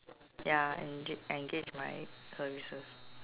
ya engage engage my services